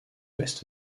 ouest